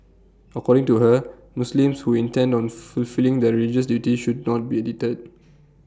according to her Muslims who intend on full fulfilling their religious duties should not be deterred